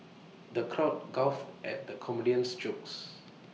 the crowd guffawed at the comedian's jokes